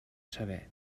saber